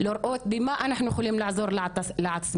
לראות במה אנחנו יכולות לעזור לעצמנו.